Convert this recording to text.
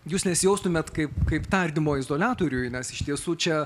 jūs nesijaustumėt kaip kaip tardymo izoliatoriuj nes iš tiesų čia